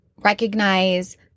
recognize